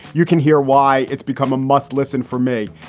you can hear why it's become a must listen for me,